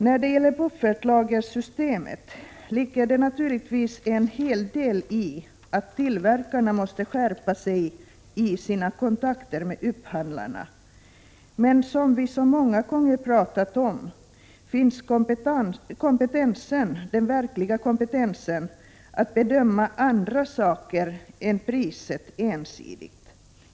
När det gäller buffertlagersystemet ligger det naturligtvis en hel del i att tillverkarna måste skärpa sig i sina kontakter med upphandlarna, men som vi så många gånger sagt: Finns kompetensen, den verkliga kompetensen, att bedöma andra saker än priset bara på ett håll?